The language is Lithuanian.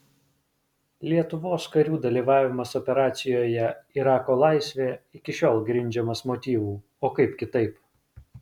lietuvos karių dalyvavimas operacijoje irako laisvė iki šiol grindžiamas motyvu o kaip kitaip